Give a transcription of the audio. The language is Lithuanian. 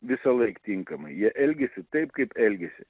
visąlaik tinkamai jie elgiasi taip kaip elgiasi